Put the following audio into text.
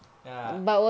ya